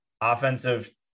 offensive